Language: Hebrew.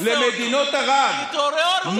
כי טרור הוא טרור.